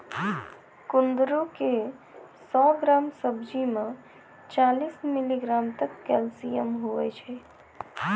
कुंदरू के सौ ग्राम सब्जी मे चालीस मिलीग्राम तक कैल्शियम हुवै छै